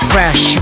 Fresh